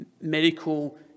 medical